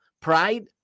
pride